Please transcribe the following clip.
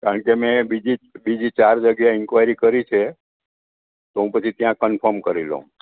કારણ કે મેં બીજી બીજી ચાર જગ્યાએ ઇન્કવાયરી કરી છે તો હું પછી ત્યાં કનફોર્મ કરી લઉં